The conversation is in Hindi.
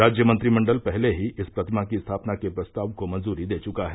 राज्य मंत्रिमंडल पहले ही इस प्रतिमा की स्थापना के प्रस्ताव को मंजूरी दे चुका है